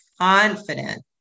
confident